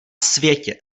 světě